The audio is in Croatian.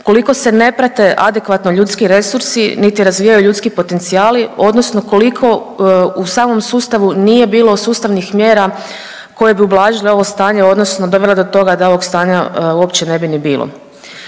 koliko se ne prate adekvatno ljudski resursi, niti razvijaju ljudski potencijali odnosno koliko u samom sustavu nije bilo sustavnih mjera koje bi ublažile ovo stanje odnosno dovele do toga da ovog stanja uopće ne bi ni bilo.